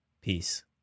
peace